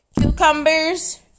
cucumbers